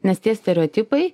nes tie stereotipai